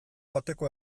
bateko